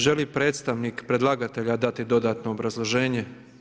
Želi li predstavnik predlagatelja dati dodatno obrazloženje?